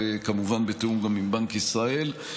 וכמובן בתיאום גם עם בנק ישראל.